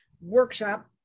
workshop